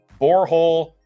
borehole